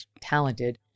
talented